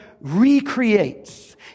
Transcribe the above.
recreates